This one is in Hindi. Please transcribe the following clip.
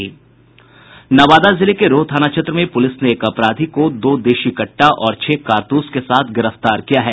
नवादा जिले के रोह थाना क्षेत्र में पुलिस ने एक अपराधी को दो देशी कट्टा और छह कारतूस के साथ गिरफ्तार किया है